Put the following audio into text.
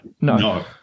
No